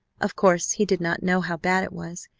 of course, he did not know how bad it was,